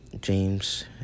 James